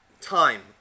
time